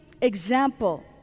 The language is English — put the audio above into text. example